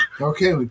Okay